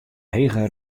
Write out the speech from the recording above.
hege